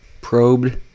probed